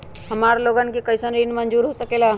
हमार लोगन के कइसन ऋण मंजूर हो सकेला?